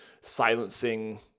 silencing